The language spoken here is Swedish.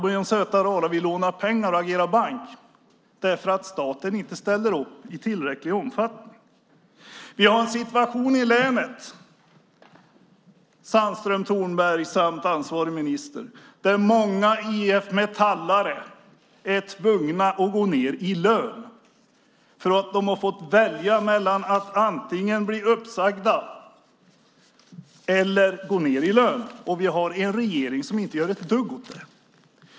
Men söta rara, vem vill låna ut pengar och agera bank därför att staten inte ställer upp i tillräcklig omfattning? Vi har en situation i länet, Sandström, Tornberg och ansvarig minister, där många IF-metallare är tvungna att gå ned i lön. De har fått välja mellan att bli uppsagda eller att gå ned i lön, och vi har en regering som inte gör ett dugg åt detta.